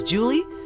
Julie